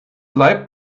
leib